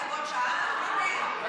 הוא כבר שעה מגיב,